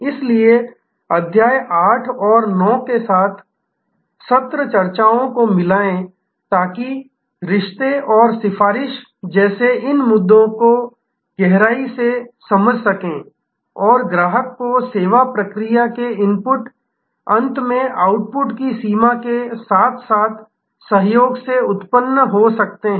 इसलिए अध्याय 8 और 9 के साथ सत्र चर्चाओं को मिलाएं ताकि रिश्ते और सिफारिश जैसे इन मुद्दों की गहराई से समझ हो सके जो ग्राहक को सेवा प्रक्रिया के इनपुट अंत में आउटपुट की सीमा के साथ साथ सहयोग से उत्पन्न हो सकते हैं